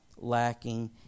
lacking